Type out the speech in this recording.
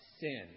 sin